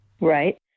Right